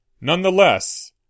Nonetheless